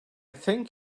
think